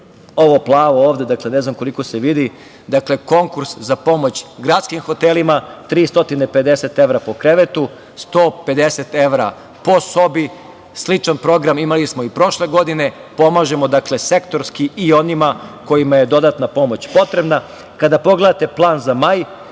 ovo plavo ovde, ne znam koliko se vidi. Dakle, konkurs za pomoć gradskim hotelima 350 evra po krevetu, 150 evra po sobi, sličan program imali smo i prošle godine. Pomažemo sektorski i onima kojima je dodatna pomoć potrebna. Kada pogledate plan za maj